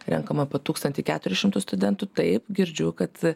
renkam apie tūkstantis keturis šimtus studentų taip girdžiu kad